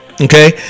Okay